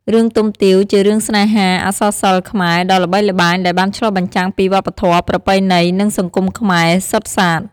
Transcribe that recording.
រឿងទុំទាវ ជារឿងស្នេហាអក្សរសិល្ប៍ខ្មែរដ៏ល្បីល្បាញ ដែលបានឆ្លុះបញ្ចាំងពីវប្បធម៌ ប្រពៃណី និងសង្គមខ្មែរសុទ្ធសាធ។